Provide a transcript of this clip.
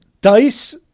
dice